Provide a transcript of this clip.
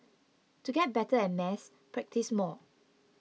to get better at maths practise more